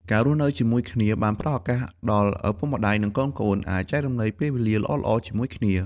ការរស់នៅជាមួយគ្នា បានផ្ដល់ឱកាសដល់ឪពុកម្តាយ និងកូនៗ អាចចែករំលែកពេលវេលាល្អៗជាមួយគ្នា។